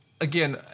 again